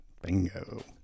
Bingo